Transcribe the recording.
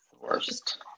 worst